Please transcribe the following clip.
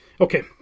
Okay